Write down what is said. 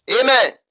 Amen